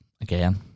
again